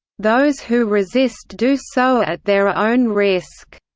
those who resist do so at their ah own risk.